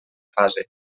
fase